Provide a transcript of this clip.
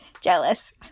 Jealous